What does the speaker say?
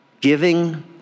Giving